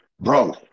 Bro